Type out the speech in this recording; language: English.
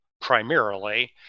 primarily